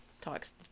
talks